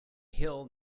hill